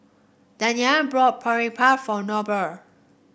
Danyelle brought Boribap for Noble